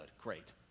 Great